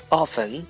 often